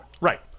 right